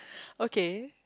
okay